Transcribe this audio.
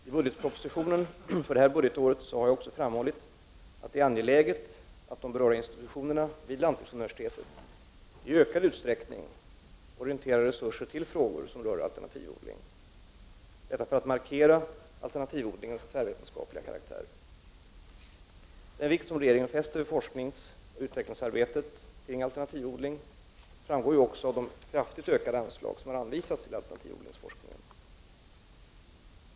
I budgetpropositionen för innevarande budgetår framhöll jag också att det är angeläget att berörda institutioner vid lantbruksuniversitetet i ökad utsträckning orienterar resurser till frågor som rör alternativodling, detta för att markera alternativodlingens tvärvetenskapliga karaktär. Den vikt som regeringen fäster vid forskningsoch utvecklingsarbetet kring alternativodling framgår också av de kraftigt ökade anslag som har anvisats till alternativodlingsforskningen.